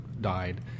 died